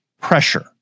pressure